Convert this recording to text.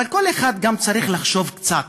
אבל כל אחד צריך לחשוב קצת.